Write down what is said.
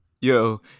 Yo